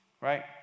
right